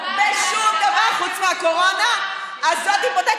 לא הבטחתם שלא תתעסקו בשום דבר חוץ מהקורונה?